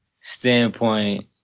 standpoint